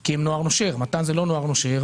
כי הם נוער נושר ומת"ן זה לא נוער נושר,